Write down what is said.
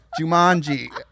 Jumanji